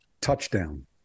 Touchdown